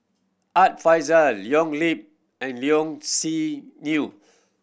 Art Fazil Leo Yip and Low Siew Nghee